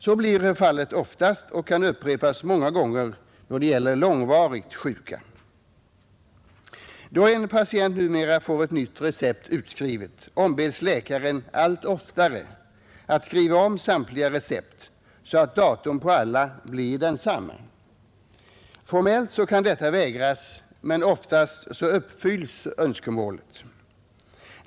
Så blir väl oftast fallet och kan upprepas många gånger då det gäller långvarigt sjuka. Då en patient numera får ett nytt recept utskrivet ombeds läkaren allt oftare att skriva om samtliga recept, så att datum på alla blir detsamma. Formellt kan detta vägras, men oftast uppfylls önskemålet.